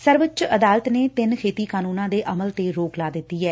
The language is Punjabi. ਸਰਵਉੱਚ ਅਦਾਲਤ ਨੇ ਤਿੰਨ ਖੇਤੀ ਕਾਨੂੰਨਾਂ ਦੇ ਅਮਲ ਤੇ ਰੋਕ ਲਾ ਦਿੱਤੀ ਐ